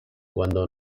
cuando